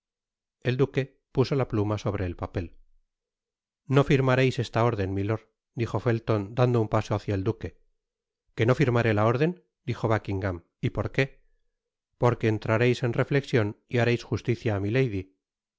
el duque puso la pluma sobre el papel no firmareis esta órden milord dijo felton daddo un paso hácia el duque qué no firmaré la órden dijo buckingam y por qué porque entrareis en reflexion y hareis justicia á milady se